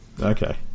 Okay